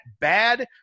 bad